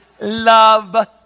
love